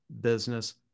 business